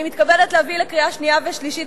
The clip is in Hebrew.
אני מתכבדת להביא לקריאה שנייה ושלישית